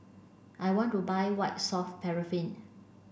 I want to buy White Soft Paraffin